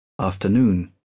Afternoon